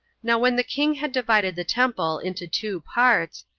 now when the king had divided the temple into two parts,